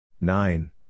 Nine